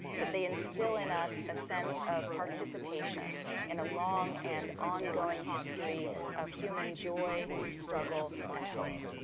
that they instill in us a sense of participation in a long and ongoing history of human joy, struggle and hope.